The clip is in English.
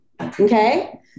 okay